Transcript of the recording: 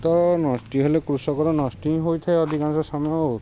ତ ନଷ୍ଟ ହେଲେ କୃଷକର ନଷ୍ଟ ହଁ ହୋଇଥାଏ ଅଧିକଂଶ ସମୟ ଆଉ